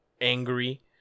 angry